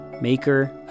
maker